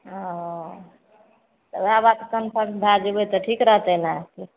अऽ तऽ ओहे बात कन्फर्म भए जेबय तऽ ठीक रहतय ने